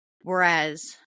whereas